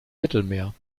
mittelmeer